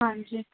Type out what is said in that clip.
ਹਾਂਜੀ